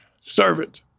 servant